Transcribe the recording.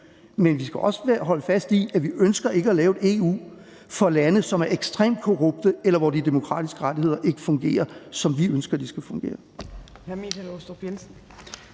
Men vi skal også holde fast i, at vi ikke ønsker at lave et EU for lande, som er ekstremt korrupte, eller hvor de demokratiske rettigheder ikke fungerer, som vi ønsker de skal fungere.